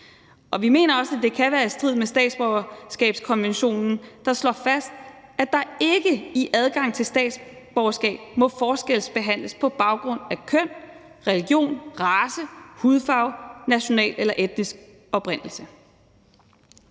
Vi mener også, at det kan være i strid med statsborgerskabskonventionen, der slår fast, at der ikke i adgangen til statsborgerskab må forskelsbehandles på baggrund af køn, religion, race, hudfarve, national eller etnisk oprindelse.